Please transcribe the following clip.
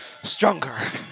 Stronger